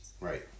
Right